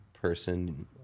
person